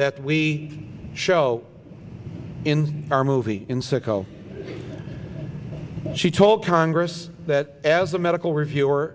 that we show in our movie in sicko she told congress that as a medical reviewer